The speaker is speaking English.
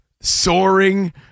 soaring